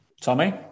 Tommy